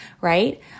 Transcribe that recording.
right